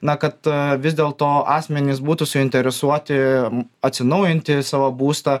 na kad vis dėlto asmenys būtų suinteresuoti atsinaujinti savo būstą